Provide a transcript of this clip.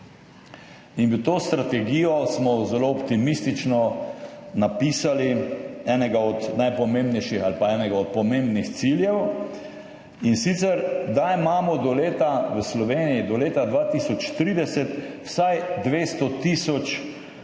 in v to strategijo smo zelo optimistično napisali enega od najpomembnejših ali pa enega od pomembnih ciljev, in sicer da imamo v Sloveniji do leta 2030 vsaj 200 tisoč